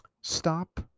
Stop